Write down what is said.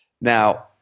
Now